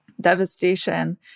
devastation